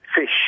fish